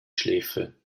schläfe